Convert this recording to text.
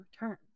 return